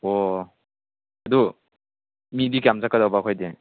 ꯑꯣ ꯑꯗꯨ ꯃꯤꯗꯤ ꯀꯌꯥꯝ ꯆꯠꯀꯗꯕ ꯑꯩꯈꯣꯏꯗꯤ